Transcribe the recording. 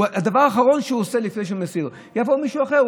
אין דבר כזה כשרות בלי השגחה, אין תחרות על כשרות.